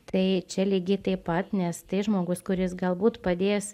tai čia lygiai taip pat nes tai žmogus kuris galbūt padės